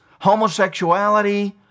homosexuality